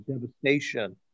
devastation